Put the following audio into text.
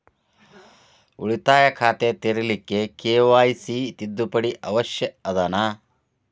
ಉಳಿತಾಯ ಖಾತೆ ತೆರಿಲಿಕ್ಕೆ ಕೆ.ವೈ.ಸಿ ತಿದ್ದುಪಡಿ ಅವಶ್ಯ ಅದನಾ?